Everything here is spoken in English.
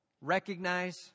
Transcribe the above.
Recognize